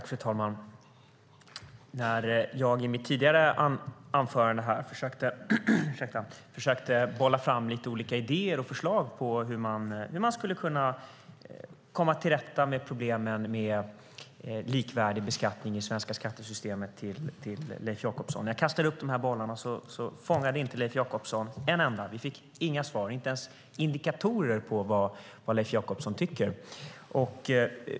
Fru talman! När jag i mitt tidigare anförande försökte bolla fram lite olika idéer och förslag till Leif Jakobsson om hur man skulle kunna komma till rätta med detta med likvärdig beskattning i det svenska skattesystemet fångade Leif Jakobsson inte en enda av dem. Vi fick inga svar eller ens indikatorer om vad Leif Jakobsson tycker.